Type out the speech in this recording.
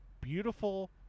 beautiful